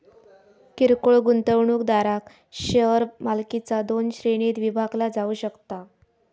किरकोळ गुंतवणूकदारांक शेअर मालकीचा दोन श्रेणींत विभागला जाऊ शकता